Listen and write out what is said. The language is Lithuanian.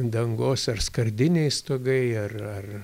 dangos ar skardiniai stogai ar ar